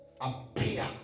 appear